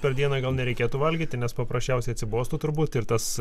per dieną gal nereikėtų valgyti nes paprasčiausiai atsibostų turbūt ir tas